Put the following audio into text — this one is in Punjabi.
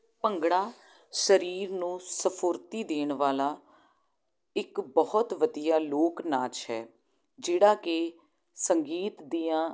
ਭੰਗੜਾ ਸਰੀਰ ਨੂੰ ਸਫੁਰਤੀ ਦੇਣ ਵਾਲਾ ਇੱਕ ਬਹੁਤ ਵਧੀਆ ਲੋਕ ਨਾਚ ਹੈ ਜਿਹੜਾ ਕਿ ਸੰਗੀਤ ਦੀਆਂ